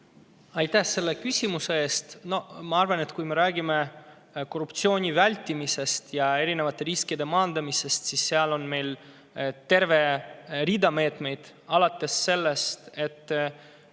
Aitäh selle küsimuse eest! Ma arvan, et kui me räägime korruptsiooni vältimisest ja erinevate riskide maandamisest, siis on meil terve rida meetmeid, alates sellest, et